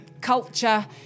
culture